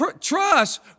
trust